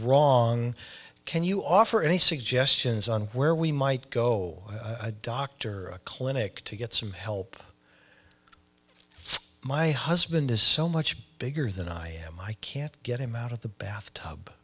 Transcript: wrong can you offer any suggestions on where we might go a doctor clinic to get some help my husband is so much bigger than i am i can't get him out of the bath tub